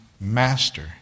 master